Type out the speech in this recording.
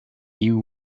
you